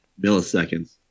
milliseconds